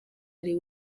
ari